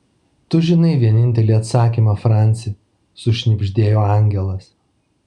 tu žinai vienintelį atsakymą franci sušnibždėjo angelas